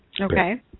Okay